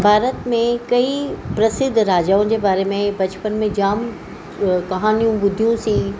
भारत में कई प्रसिद्ध राजाऊं जे बारे में बचपन में जाम कहानियूं ॿुधियुसीं